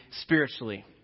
spiritually